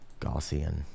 Gaussian